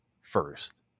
first